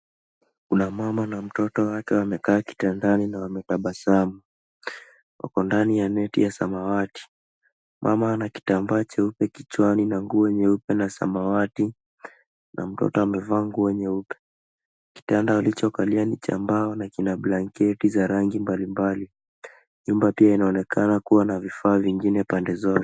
Kuna mama na mtoto wake wamekaa kitandani na wametabasamu. Wako ndani ya net ya samawati. Mama ana kitambaa cheupe kichwani na nguo nyeupe na samawati, na mtoto amevaa nguo nyeupe. Kitanda walichokalia ni cha mbao na kina blanketi za rangi mbalimbali. Nyumba pia inaonekana kuwa na vifaa vingine pande zote.